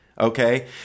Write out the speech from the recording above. Okay